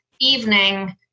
evening